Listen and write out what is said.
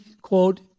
quote